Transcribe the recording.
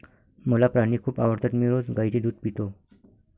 मला प्राणी खूप आवडतात मी रोज गाईचे दूध पितो